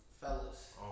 fellas